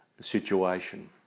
situation